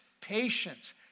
patience